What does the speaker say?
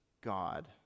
God